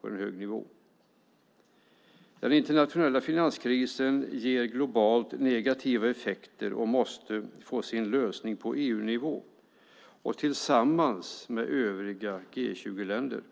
på en hög nivå. Den internationella finanskrisen ger globalt negativa effekter och måste få sin lösning på EU-nivå och tillsammans med övriga G20-länder.